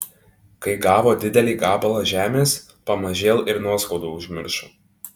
kai gavo didelį gabalą žemės pamažėl ir nuoskaudą užmiršo